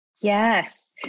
Yes